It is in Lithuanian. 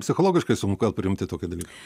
psichologiškai sunku gal priimti tokį dalyką